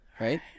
Right